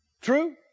True